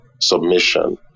submission